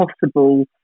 possible